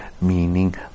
meaning